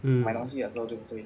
mm